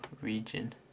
region